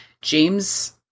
James